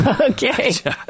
Okay